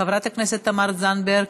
חברת הכנסת תמר זנדברג,